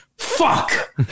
fuck